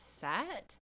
set